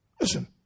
Listen